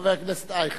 חבר הכנסת אייכלר.